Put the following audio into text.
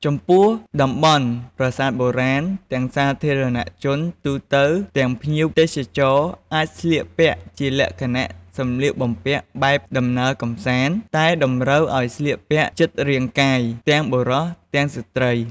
ចំពោះតំបន់ប្រាសាទបុរាណទាំងសាធារណៈជនទូទៅ ទាំងភ្ញៀវទេសចរណ៍អាចស្លៀកពាក់ជាលក្ខណៈសម្លៀកបំពាក់បែបដំណើរកំសាន្ដ តែតម្រូវឲ្យស្លៀកពាក់ជិតរាងកាយទាំងបុរសទាំងស្រ្តី។